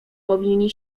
powinni